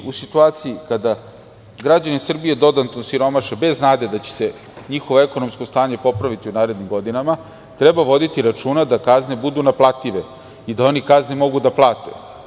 U situaciji kada građani Srbije dodatno osiromaše, bez nade da će se njihovo ekonomsko stanje popraviti u narednim godinama, treba voditi računa da kazne budu naplative i da oni kazne mogu da plate.